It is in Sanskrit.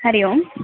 हरि ओम्